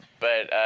but